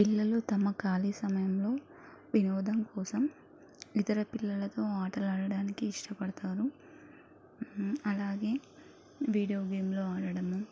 పిల్లలు తమ ఖాళీ సమయంలో వినోదం కోసం ఇతర పిల్లలతో ఆటలాడడానికి ఇష్టపడతారు అలాగే వీడియో గేమ్లు ఆడడము